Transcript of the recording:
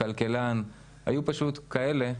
כלכלן היו פשוט כאלה,